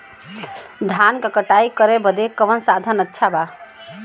धान क कटाई करे बदे कवन साधन अच्छा बा?